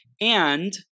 And-